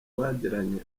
bagiranye